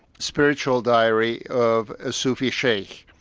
spiritual diary of a sufi sheikh.